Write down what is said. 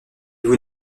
vous